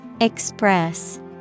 Express